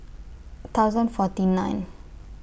thousand forty nine